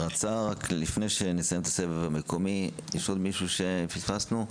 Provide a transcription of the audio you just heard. לפני שנסיים את הסבב המקומי יש עוד מישהו שפספסנו?